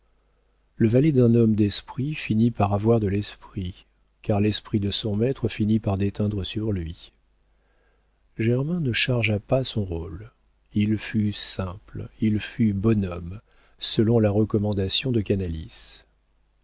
le valet d'un homme d'esprit finit par avoir de l'esprit car l'esprit de son maître finit par déteindre sur lui germain ne chargea pas son rôle il fut simple il fut bonhomme selon la recommandation de canalis